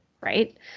Right